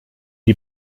die